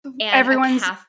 Everyone's